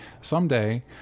Someday